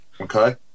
Okay